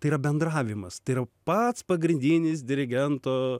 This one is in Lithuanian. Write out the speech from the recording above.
tai yra bendravimas tai yra pats pagrindinis dirigento